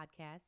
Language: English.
podcast